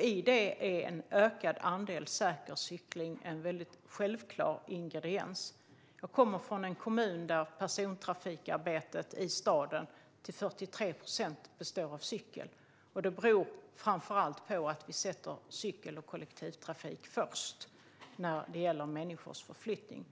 I det är en ökad andel säker cykling en självklar ingrediens. Jag kommer från en kommun där persontrafiken i staden till 43 procent består av cykel. Det beror framför allt på att vi sätter cykel och kollektivtrafik först när det gäller människors förflyttning.